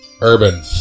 Urban